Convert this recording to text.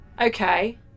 Okay